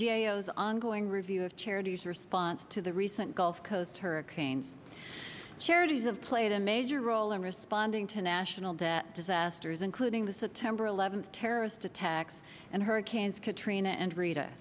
ayos ongoing review of charities response to the recent gulf coast hurricanes charities and played a major role in responding to national debt disasters including the september eleventh terrorist attacks and hurricanes katrina and rita